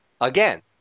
Again